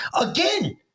again